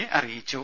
യെ അറിയിച്ചു